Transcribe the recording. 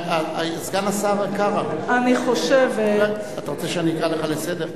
סגן השר קרא, אתה רוצה שאני אקרא אותך לסדר?